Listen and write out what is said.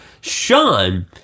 Sean